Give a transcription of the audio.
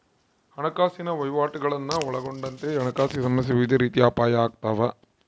ಹಣಕಾಸಿನ ವಹಿವಾಟುಗುಳ್ನ ಒಳಗೊಂಡಂತೆ ಹಣಕಾಸಿಗೆ ಸಂಬಂಧಿಸಿದ ವಿವಿಧ ರೀತಿಯ ಅಪಾಯ ಆಗ್ತಾವ